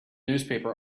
newspaper